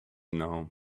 now